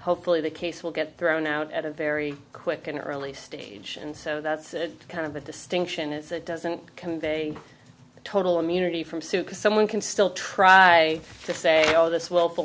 hopefully the case will get thrown out at a very quick and early stage and so that's kind of the distinction is it doesn't convey total immunity from suit someone can still try to say no this will fall